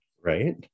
right